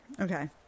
Okay